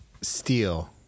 Steel